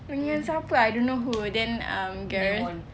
dengan siapa I don't know who then um gareth